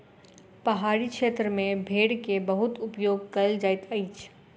पहाड़ी क्षेत्र में भेड़ के बहुत उपयोग कयल जाइत अछि